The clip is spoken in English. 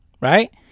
right